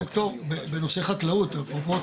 דוקטור בנושא חקלאות.